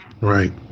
Right